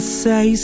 say